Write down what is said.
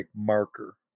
marker